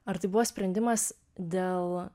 ar tai buvo sprendimas dėl